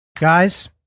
guys